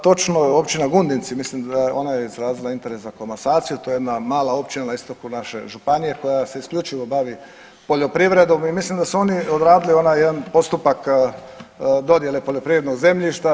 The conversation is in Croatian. Točno je Općina Gundinci mislim da je ona izrazila interes za komasaciju, to je jedna mala općina na istoku naše županije koja se isključivo bavi poljoprivredom i mislim da su oni odradili onaj jedan postupak dodjele poljoprivrednog zemljišta.